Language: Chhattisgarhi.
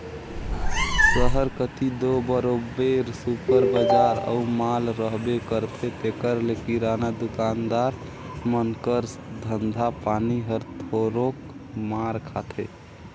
सहर कती दो बरोबेर सुपर बजार अउ माल रहबे करथे तेकर ले किराना दुकानदार मन कर धंधा पानी हर थोरोक मार खाथे